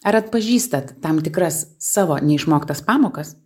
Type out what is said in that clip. ar atpažįstat tam tikras savo neišmoktas pamokas